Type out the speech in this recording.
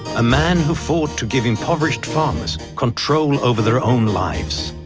a man who fought to give impoverished farmers control over their own lives.